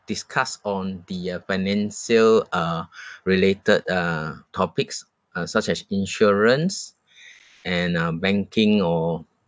discuss on the uh financial uh related uh topics uh such as insurance and uh banking or